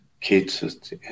kids